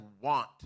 want